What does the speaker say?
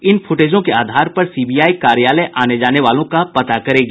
इन फुटेजों के आधार पर सीबीआई कार्यालय आने जाने वालों का पता करेगी